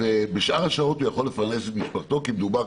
ובשאר השעות הוא יכול לפרנס את משפחתו כי מדובר,